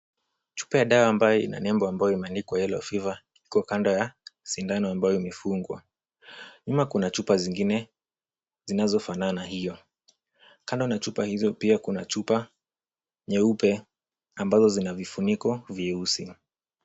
Chupa ya dawa ambayo ina nembo ambayo inaandikwa yellow fever iko kando ya sindano ambayo imefungwa. Nyuma kuna chupa zingine, zinazofanana hiyo. Kando na chupa hizo pia kuna chupa nyeupe ambazo zina vifuniko vyeusi.